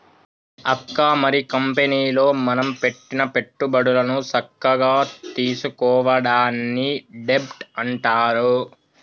అక్క మరి కంపెనీలో మనం పెట్టిన పెట్టుబడులను సక్కగా తీసుకోవడాన్ని డెబ్ట్ అంటారు